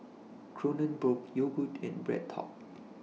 Kronenbourg Yogood and BreadTalk